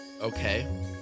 Okay